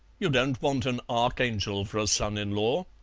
you don't want an archangel for a son-in-law.